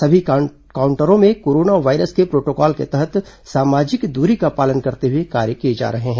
सभी काउंटरों में कोरोना वायरस के प्रोटोकॉल के तहत सामाजिक दूरी का पालन करते हुए कार्य किए जा रहे हैं